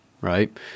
right